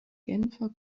genfer